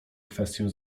kwestię